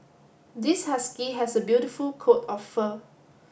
this husky has a beautiful coat of fur